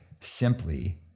simply